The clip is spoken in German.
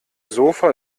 sofa